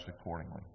accordingly